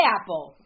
Apple